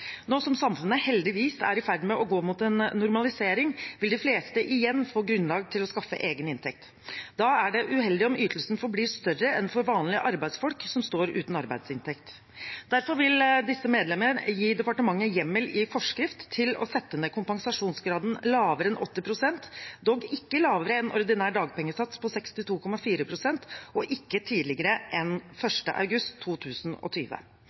Nå som samfunnet – heldigvis – er i ferd med å gå mot en normalisering, vil de fleste igjen få grunnlag til å skaffe egen inntekt. Da er det uheldig om ytelsen forblir større enn for vanlige arbeidsfolk som står uten arbeidsinntekt. Derfor vil disse medlemmer gi departementet hjemmel i forskrift til å sette ned kompensasjonsgraden lavere enn 80 pst., dog ikke lavere enn ordinær dagpengesats på 62,4 pst. og ikke tidligere enn 1. august 2020.